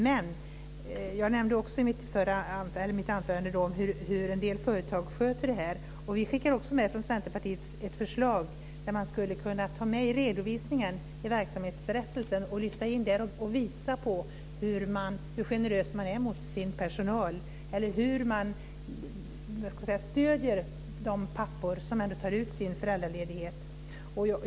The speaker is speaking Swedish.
Men jag nämnde också i mitt anförande hur en del företag sköter det här. Vi skickar från Centerpartiet också med ett förslag om att man i redovisningen av verksamhetsberättelsen skulle kunna lyfta in och visa hur generös man är mot sin personal eller hur man stöder de pappor som tar ut sin föräldraledighet.